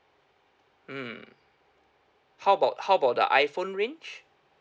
mm how about how about the iPhone range